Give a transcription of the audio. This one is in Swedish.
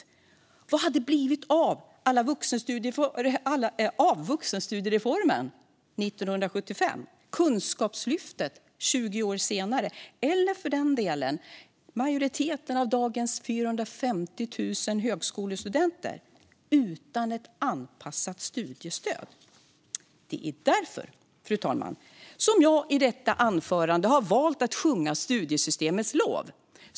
Och vad hade det blivit av vuxenstudiereformen 1975, Kunskapslyftet 20 år senare och för den delen majoriteten av dagens 450 000 högskolestudenter utan ett anpassat studiestöd? Det är därför, fru talman, som jag i detta anförande har valt att sjunga studiesystemets lov.